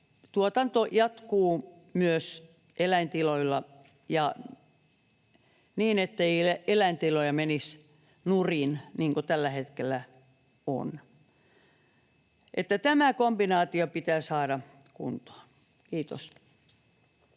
tuotanto jatkuu myös eläintiloilla ja niin, ettei eläintiloja menisi nurin, niin kuin tällä hetkellä on. Tämä kombinaatio pitää saada kuntoon. — Kiitos.